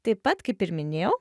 taip pat kaip ir minėjau